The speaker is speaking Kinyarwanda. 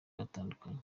batandukanye